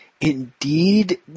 indeed